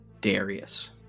Darius